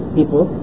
people